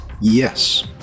Yes